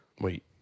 Wait